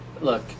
Look